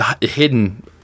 hidden